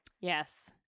yes